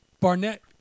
Barnett